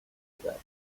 شدهست